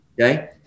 Okay